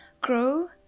grow